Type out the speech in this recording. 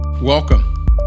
Welcome